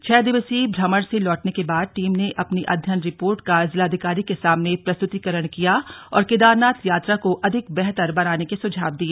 छह दिवसीय भ्रमण से लौटने के बाद टीम ने अपनी अध्ययन रिपोर्ट का जिलाधिकारी के सामने प्रस्तुतिकरण किया और केदारनाथ यात्रा को अधिक बेहतर बनाने के सुझाव दिए